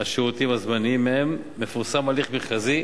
השירותים הזמניים מהן מפורסם הליך מכרזי